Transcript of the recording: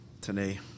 today